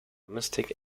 domestic